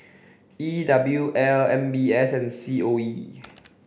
E W L M B S and C O E